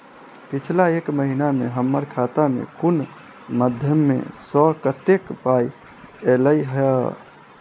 पिछला एक महीना मे हम्मर खाता मे कुन मध्यमे सऽ कत्तेक पाई ऐलई ह?